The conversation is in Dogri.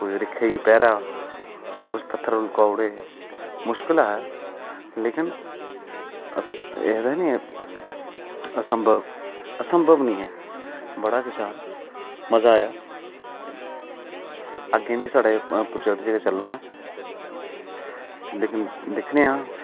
कोई रिक्ख गी पैह्रा उस पत्थर बी मुकाई ओड़े हे मुश्कल हा लेकिन आखदे नी असंभव असंभव निं ऐ बड़ा गै शैल मज़ा आया अग्गें निं साढ़े पर ओह् जे पर चलना लेकिन दिक्खने आं